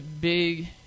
big